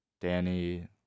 Danny